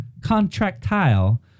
contractile